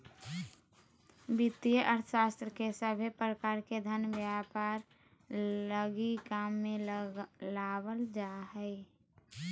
वित्तीय अर्थशास्त्र के सभे प्रकार से धन व्यापार लगी काम मे लावल जा हय